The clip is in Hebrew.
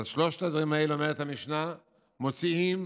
אז שלושת הדברים האלה, אומרת המשנה, מוציאים